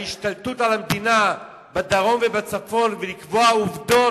ההשתלטות על המדינה בדרום ובצפון, ולקבוע עובדות,